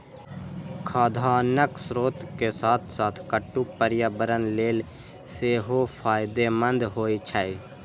खाद्यान्नक स्रोत के साथ साथ कट्टू पर्यावरण लेल सेहो फायदेमंद होइ छै